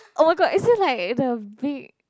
oh-my-god it's still like it's a big